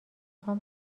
خوام